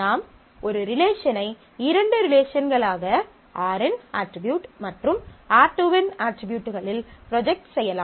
நாம் ஒரு ரிலேஷனை இரண்டு ரிலேஷன்களாக R1 இன் அட்ரிபியூட் மற்றும் R2 இன் அட்ரிபியூட்களில் ப்ரொஜெக்ட் செய்யலாம்